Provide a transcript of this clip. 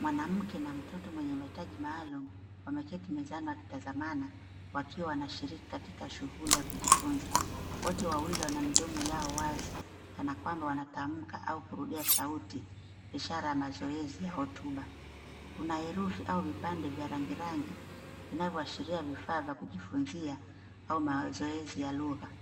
Mwanamke na mtoto mwenye mahitaji maalum wameketi mezani wakitazamana, wakiwa wanashiriki katika shughuli ya kujifunza. Wote wawili wana midomo yao wazi kana kwamba wanatamka au kurudia sauti, ishara ya mazoezi au hotuba. Kuna herufi au vipande vya rangirangi, vinavyoashiria vifaa vya kujifunzia au mazoezi ya lugha.